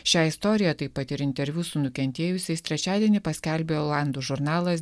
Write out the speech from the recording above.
šią istoriją taip pat ir interviu su nukentėjusiais trečiadienį paskelbė olandų žurnalas